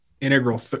integral